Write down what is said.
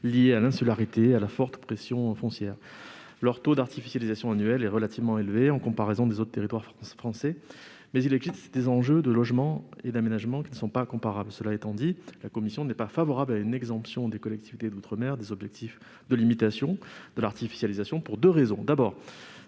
liées à leur insularité et à la forte pression foncière qui y règne. Leur taux annuel d'artificialisation est relativement élevé en comparaison des autres territoires français, mais les enjeux de logement et d'aménagement ne sont pas comparables. Cela dit, la commission n'est pas favorable à une exemption des collectivités d'outre-mer des objectifs de limitation de l'artificialisation, pour deux raisons.